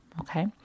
Okay